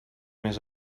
més